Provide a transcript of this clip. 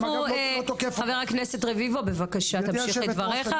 חבר הכנסת רביבו בבקשה תמשיך את דבריך.